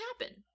happen